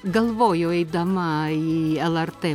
galvojau eidama į lrt